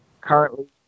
currently